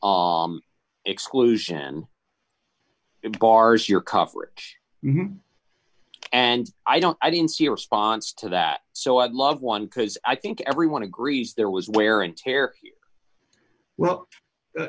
on exclusion bars your coverage and i don't i didn't see a response to that so i'd love one because i think everyone agrees there was wear and tear well